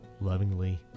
lovingly